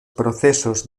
procesos